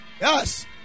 Yes